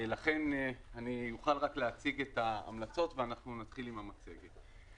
לכן אני אוכל רק להציג את ההמלצות ואנחנו נתחיל עם המצגת.